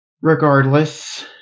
Regardless